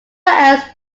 else